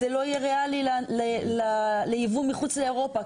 אז זה לא יהיה ריאלי לייבוא מחוץ לאירופה.